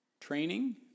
training